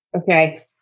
okay